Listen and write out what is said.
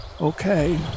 okay